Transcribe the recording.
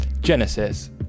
genesis